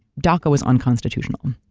daca was unconstitutional,